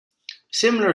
similar